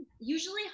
usually